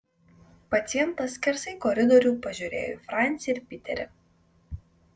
pacientas skersai koridorių pažiūrėjo į francį ir piterį